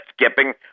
skipping